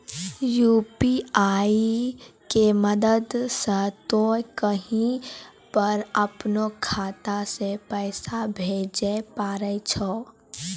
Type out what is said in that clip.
UPI के मदद से तोय कहीं पर अपनो खाता से पैसे भेजै पारै छौ